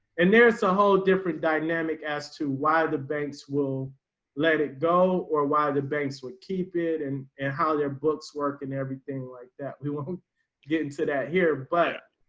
and there's a whole different dynamic as to why the banks will let it go or why the banks would keep it and and how their books work and everything like that. we won't get into that here. but,